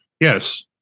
yes